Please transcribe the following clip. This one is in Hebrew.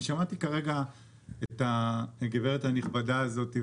אני שמעתי כרגע את הגברת הנכבדה שדיברה